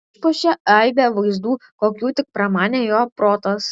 išpuošė aibe vaizdų kokių tik pramanė jo protas